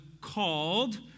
called